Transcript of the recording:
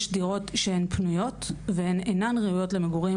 יש דירת שהן פנויות והן אינן ראויות למגורים,